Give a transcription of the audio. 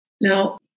Now